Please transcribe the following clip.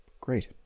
great